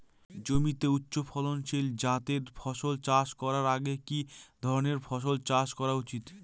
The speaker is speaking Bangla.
জমিতে উচ্চফলনশীল জাতের ফসল চাষ করার আগে কি ধরণের ফসল চাষ করা উচিৎ?